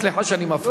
סליחה שאני מפריע.